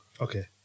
Okay